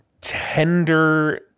tender